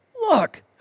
look